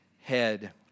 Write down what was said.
head